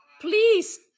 Please